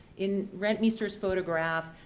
in rentmeester's photograph,